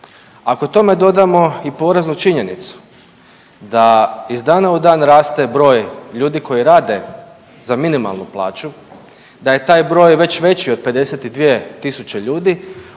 Ako tome dodamo i poraznu činjenicu da iz dana u dan raste broj ljudi koji rade za minimalnu plaću, da je taj broj već veći od 52.000 ljudi